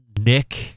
Nick